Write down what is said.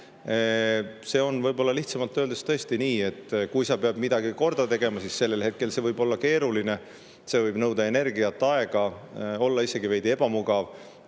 See on lihtsamalt öeldes tõesti nii, et kui sa pead midagi korda tegema, siis sellel hetkel see võib olla keeruline. See võib nõuda energiat, aega, olla isegi veidi ebamugav,